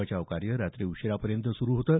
बचावकार्य रात्री उशीरापर्यंत सुरू होतं